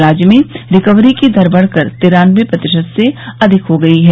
राज्य में रिकवरी की दर बढ़कर तिरान्नबे प्रतिशत से अधिक हो गई है